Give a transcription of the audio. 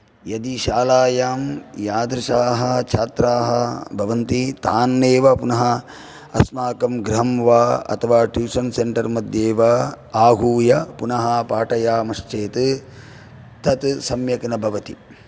यदि शालायां यादृशाः छात्राः भवन्ति तान्नेव पुनः अस्माकं गृहम् वा अथवा ट्यूषन् सेंटर् मध्ये वा आहूय पुनः पाठयामः चेत् तत सम्यक् न भवति